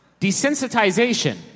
desensitization